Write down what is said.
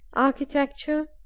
architecture,